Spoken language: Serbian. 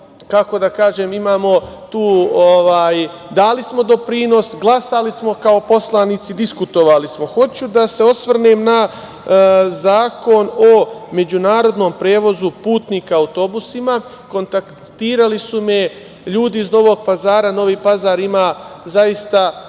odgovornosti imamo svoj doprinos, glasali smo kao poslanici, diskutovali smo. Hoću da se osvrnem na Zakon o međunarodnom prevozu putnika autobusima. Kontaktirali su me ljudi iz Novog Pazara. Novi Pazar ima dobro